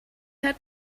hat